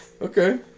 Okay